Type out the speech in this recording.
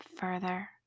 further